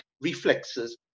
reflexes